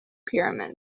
pyramids